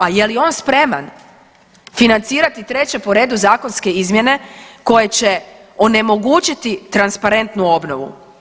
A je li on spreman financirati treće po redu zakonske izmjene koje će onemogućiti transparentnu obnovu.